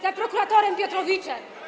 za prokuratorem Piotrowiczem.